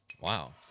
Wow